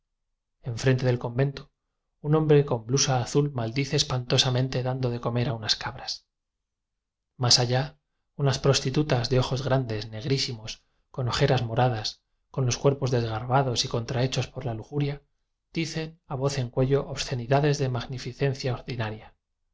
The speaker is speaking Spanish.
femeninas enfrente del convento un hombre con blusa azul maldi ce espantosamente dando de comer a unas cabras más allá unas prostitutas de ojos grandes negrísimos con ojeras moradas con los cuerpos desgarbados y contrahe chos por la lujuria dicen a voz en cuello obscenidades de magnificencia ordinaria